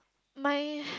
my